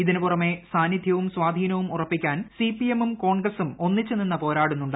ഇതിനു പുറമെ സാന്നിധ്യവും സ്ഥാധീനവും ഉറപ്പിക്കാൻ സി പി എമ്മും കോൺഗ്രസും ഒന്നിച്ചുനിന്ന് പോരാടുന്നുണ്ട്